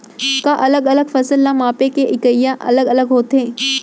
का अलग अलग फसल ला मापे के इकाइयां अलग अलग होथे?